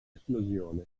esplosione